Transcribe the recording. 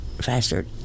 faster